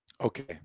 Okay